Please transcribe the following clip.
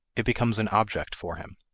it becomes an object for him.